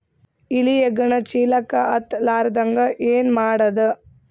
ಇಲಿ ಹೆಗ್ಗಣ ಚೀಲಕ್ಕ ಹತ್ತ ಲಾರದಂಗ ಏನ ಮಾಡದ?